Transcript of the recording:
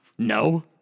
No